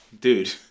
dude